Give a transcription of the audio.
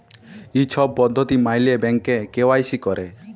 ই ছব পদ্ধতি ম্যাইলে ব্যাংকে কে.ওয়াই.সি ক্যরে